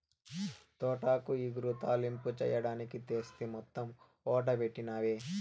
తోటాకు ఇగురు, తాలింపు చెయ్యడానికి తెస్తి మొత్తం ఓడబెట్టినవే